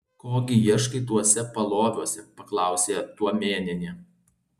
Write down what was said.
ko gi ieškai tuose paloviuose paklausė tuomėnienė